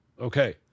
okay